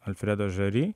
alfredo žari